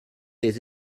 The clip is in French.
des